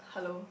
hello